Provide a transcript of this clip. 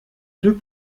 deux